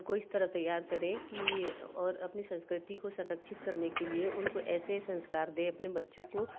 को इस तरह तैयार करें कि और अपनी संस्कृति को संरक्षित करने के लिए उनको ऐसे संस्कार दें अपने बच्चों को